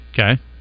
okay